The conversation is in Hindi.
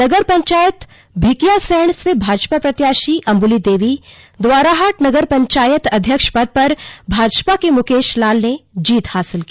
नगर पंचायत भिकियासैंण से भाजपा प्रत्याशी अंबुली देवी द्वाराहाट नगर पंचायत अध्यक्ष पद पर भाजपा के मुकेश लाल ने जीत हासिल की